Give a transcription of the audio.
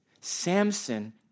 Samson